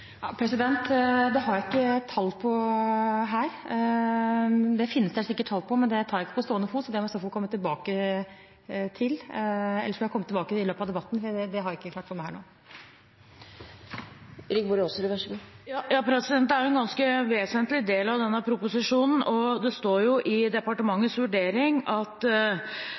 Det finnes det helt sikkert tall på, men det har jeg ikke på stående fot, så det må jeg komme tilbake til. Ellers skal jeg komme tilbake i løpet av debatten – jeg har det ikke klart for meg nå. Det er en ganske vesentlig del av denne proposisjonen, og det står i departementets vurdering: «Departementet er imidlertid gjort oppmerksom på at